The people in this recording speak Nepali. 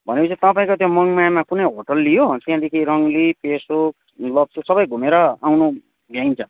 भनेपछि तपाईँको त्यो मङमायामा कुनै होटल लियो त्यहाँदेखि रङ्गली पेसोक लप्चू सबै घुमेर आउनु भ्याइन्छ